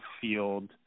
field